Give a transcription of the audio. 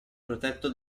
protetto